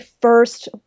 first